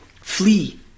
flee